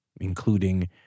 including